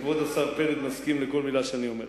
כבוד השר פלד מסכים לכל מלה שאני אומר.